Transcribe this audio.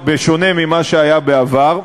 בשונה ממה שהיה בעבר,